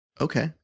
Okay